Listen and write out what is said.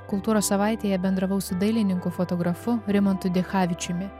kultūros savaitėje bendravau su dailininku fotografu rimantu dichavičiumi